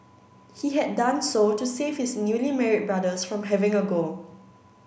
he had done so to save his newly married brothers from having to go